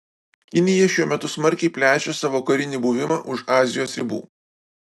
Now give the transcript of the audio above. kinija šiuo metu smarkiai plečia savo karinį buvimą už azijos ribų